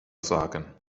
sagen